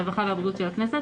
הרווחה והבריאות של הכנסת.